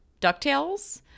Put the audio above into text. DuckTales